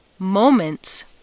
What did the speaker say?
moments